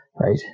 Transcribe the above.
Right